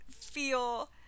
feel